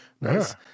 nice